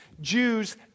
Jews